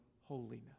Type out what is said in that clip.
holiness